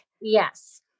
Yes